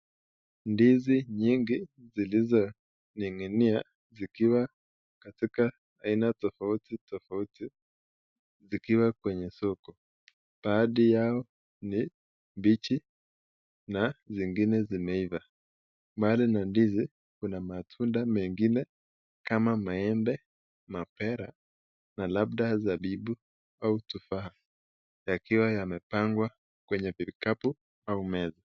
Ndizi mingi zilizoning'inia zikiwa katika aina tofauti tofauti vikiwa kwenye soko. Baadhi yao ni mbichi na zingine zimeivaa. Mbali na ndizi kuna matunda mengine kama maembe, mapera na labda zabibu ama tufaha yakiwa yamepangwa kwenye vikapu au meza.